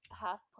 half